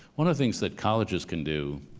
one of the things that colleges can do,